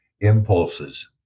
impulses